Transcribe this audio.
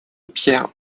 pierre